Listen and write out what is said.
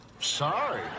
Sorry